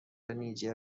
نیجر